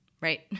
Right